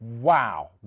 Wow